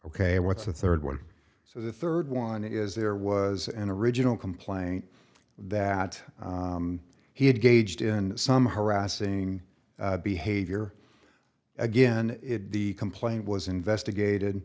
ok what's the third one so the third one is there was an original complaint that he had gauged in some harassing behavior again the complaint was investigated